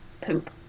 poop